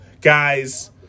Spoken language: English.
guys